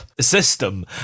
system